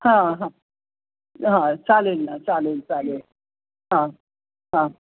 हां हां हां चालेल ना चालेल चालेल हां हां